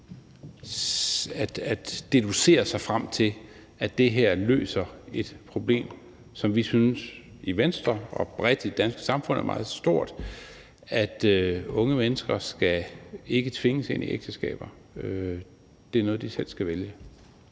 at deducere sig frem til, at det her løser et problem, som vi i Venstre og man bredt i det danske samfund synes er meget stort – unge mennesker skal ikke tvinges ind i ægteskaber, det er noget, de selv skal vælge.